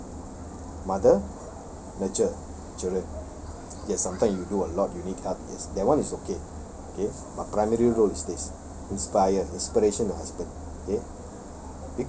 what is your role mother nurture children yes sometimes you do a lot you need help yes that one is okay okay but primary role is this inspire inspiration the husband